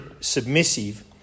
submissive